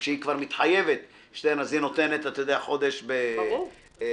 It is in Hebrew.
כשהיא כבר מתחייבת אז היא נותנת חודש בחודשו".